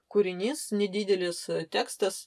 kūrinys nedidelis tekstas